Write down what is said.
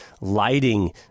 lighting